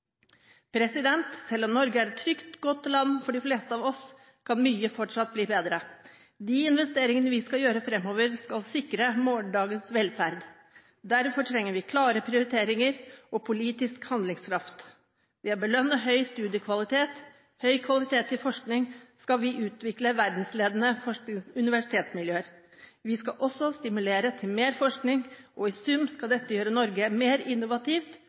Selv om Norge er et trygt og godt land for de fleste av oss, kan mye fortsatt bli bedre. De investeringene vi skal gjøre framover, skal sikre morgendagens velferd. Derfor trenger vi klare prioriteringer og politisk handlekraft. Ved å belønne høy studiekvalitet og høy kvalitet innen forskning skal vi utvikle verdensledende universitetsmiljøer. Vi skal også stimulere til mer forskning, og i sum skal dette gjøre Norge mer innovativt